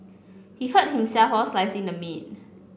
he hurt himself while slicing the meat